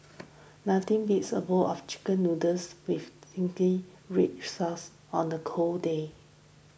nothing beats a bowl of Chicken Noodles with Zingy Red Sauce on the cold day